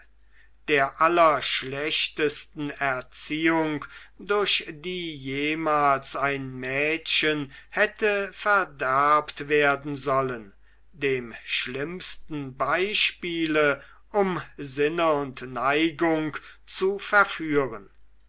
der allerschlechtesten erziehung durch die jemals ein mädchen hätte verderbt werden sollen dem schlimmsten beispiele um sinne und neigung zu verführen